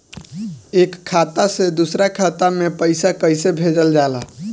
एक खाता से दूसरा खाता में पैसा कइसे भेजल जाला?